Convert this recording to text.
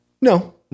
No